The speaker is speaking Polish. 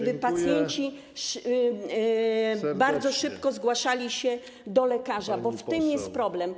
żeby pacjenci bardzo szybko zgłaszali się do lekarza, bo w tym jest problem.